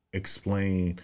explain